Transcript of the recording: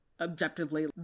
objectively